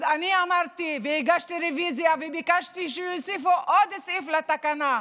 אז אני הגשתי רוויזיה וביקשתי שיוסיפו עוד סעיף לתקנה,